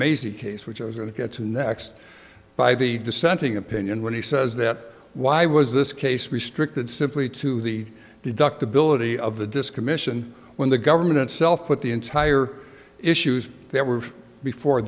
mazy case which i was going to get to next by the dissenting opinion when he says that why was this case restricted simply to the deductibility of the disk commission when the government itself put the entire issues there were before